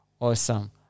Awesome